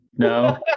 No